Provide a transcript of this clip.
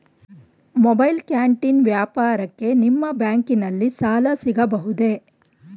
Mobile canteen ವ್ಯಾಪಾರಕ್ಕೆ ನಿಮ್ಮ ಬ್ಯಾಂಕಿನಲ್ಲಿ ಸಾಲ ಸಿಗಬಹುದೇ?